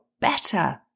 better